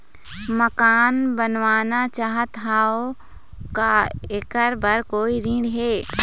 मकान बनवाना चाहत हाव, का ऐकर बर कोई ऋण हे?